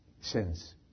sins